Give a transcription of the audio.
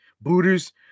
booters